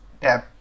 tab